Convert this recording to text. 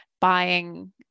buying